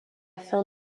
fin